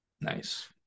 Nice